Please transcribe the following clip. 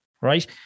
right